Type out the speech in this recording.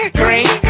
green